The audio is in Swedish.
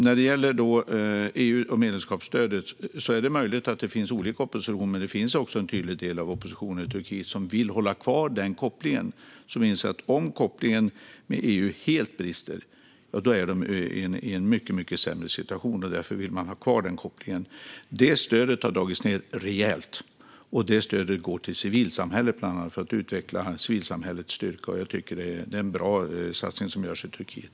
När det gäller EU och medlemskapsstödet är det möjligt att det finns olika oppositioner. Det finns också en tydlig del av oppositionen i Turkiet som vill hålla kvar kopplingen till EU och inser att de är i en mycket sämre situation om den brister helt. Stödet har dragits ned rejält och går bland annat till civilsamhället för att utveckla dess styrka. Jag tycker att detta är en bra satsning som görs i Turkiet.